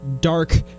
Dark